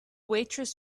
waitress